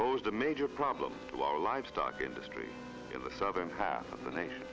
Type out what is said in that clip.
pose a major problem our livestock industry in the southern half of the nation